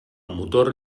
motor